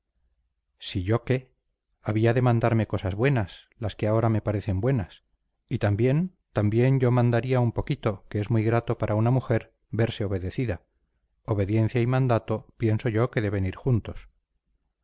si yo qué había de mandarme cosas buenas las que ahora me parecen buenas y también también yo mandaría un poquito que es muy grato para una mujer verse obedecida obediencia y mandato pienso yo que deben ir juntos